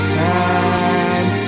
time